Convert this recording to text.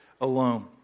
alone